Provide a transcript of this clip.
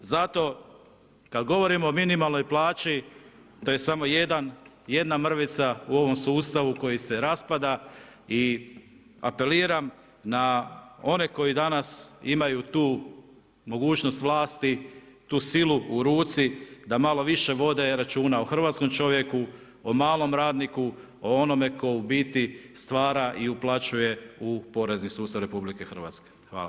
Zato kada govorimo o minimalnoj plaći to je samo jedna mrvica u ovom sustavu koji se raspada i apeliram na one koji danas imaju tu mogućnost vlasti, tu silu u ruci da malo više vode računa o hrvatskom čovjeku o malom radniku, o onome tko u biti stvara i uplaćuje u porezni sustav RH.